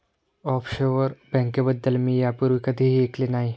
offshore बँकेबद्दल मी यापूर्वी कधीही ऐकले नाही